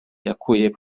yakuye